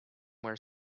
were